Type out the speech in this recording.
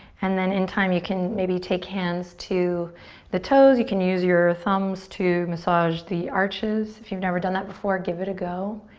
and then in time you can maybe take hands to the toes. you can use your thumbs to massage the arches. if you've never done that before, give it a go.